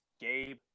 Gabe